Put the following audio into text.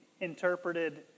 interpreted